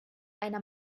einer